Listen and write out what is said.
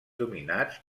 dominats